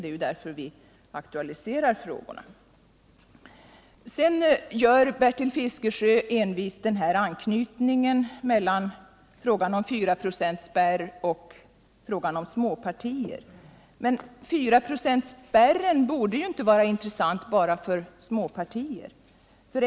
Det är ju därför som vi aktualiserar dessa frågor. Bertil Fiskesjö anknyter vidare envist frågan om fyraprocentsspärren till spörsmålet om småpartierna. Men fyraprocentsspärren borde ju inte vara intressant bara för småpartier.